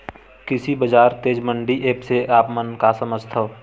कृषि बजार तेजी मंडी एप्प से आप मन का समझथव?